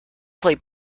play